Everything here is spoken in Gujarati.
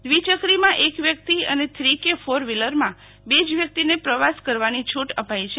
દ્વિચક્રીમાં એક વ્યક્તિ અને થ્રીક કે ફોર વ્હિલરમાં બે જ વ્યક્તિને પ્રવાસ કરવાની છૂટ અપાઈ છે